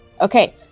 Okay